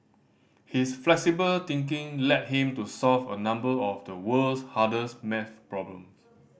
his flexible thinking led him to solve a number of the world's hardest maths problems